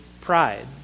pride